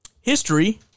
history